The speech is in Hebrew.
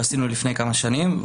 ועשינו לפני כמה שנים.